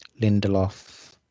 Lindelof